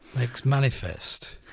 makes manifest.